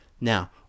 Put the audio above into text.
Now